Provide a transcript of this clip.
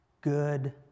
good